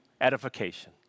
edification